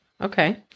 Okay